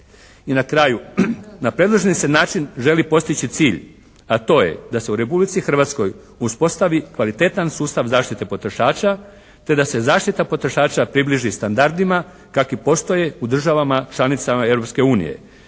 I na kraju. Na predloženi se način želi postići cilj, a to je da se u Republici Hrvatskoj uspostavi kvalitetan sustav zaštite potrošača te da se zaštita potrošača približi standardima kakvi postoje u državama članicama